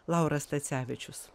lauras stacevičius